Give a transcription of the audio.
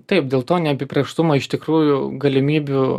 taip dėl to neapibrėžtumo iš tikrųjų galimybių